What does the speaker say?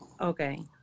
Okay